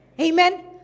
Amen